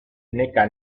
neka